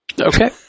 Okay